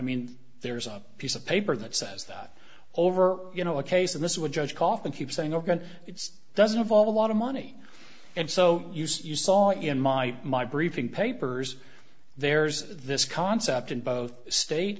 mean there's a piece of paper that says that over you know a case of this would judge coffin keep saying ok it's doesn't involve a lot of money and so you saw in my my briefing papers there's this concept in both state